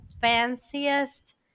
Fanciest